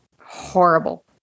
horrible